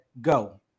go